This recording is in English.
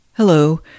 Hello